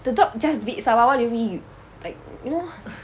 the dog just bit someone what do you mean you like you know